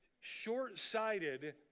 short-sighted